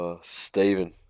Stephen